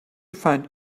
find